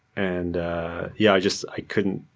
and yeah, i just i couldn't,